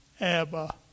Abba